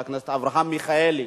חבר הכנסת אברהם מיכאלי,